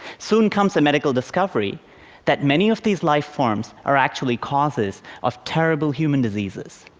soon comes the medical discovery that many of these lifeforms are actually causes of terrible human diseases.